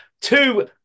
two